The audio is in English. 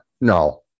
no